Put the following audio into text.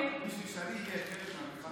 בשביל שאני אהיה חלק מהמחאה,